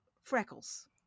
freckles